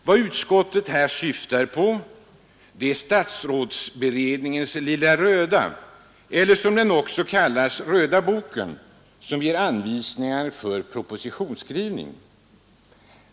Vad utskottsmajoriteten syftar på är statsrådsberedningens ”Lilla röda” eller som den också kallas ”Röda boken”, som ger anvisningar för propositionsskrivning.